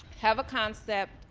have a concept